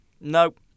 Nope